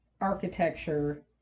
architecture